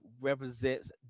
represents